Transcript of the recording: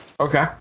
okay